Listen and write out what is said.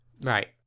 Right